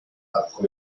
arco